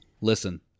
Listen